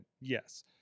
Yes